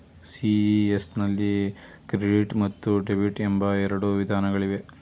CES ನಲ್ಲಿ credit ಮತ್ತು debit ಎಂಬ ಎರಡು ವಿಧಾನಗಳಿವೆ